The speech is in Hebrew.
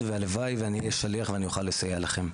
והלוואי ואני אהיה שליח ואני אוכל לסייע לכן.